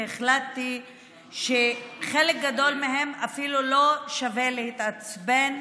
והחלטתי שמחלק גדול מהם אפילו לא שווה להתעצבן,